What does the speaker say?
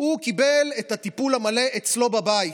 הוא קיבל את הטיפול המלא אצלו בבית.